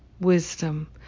wisdom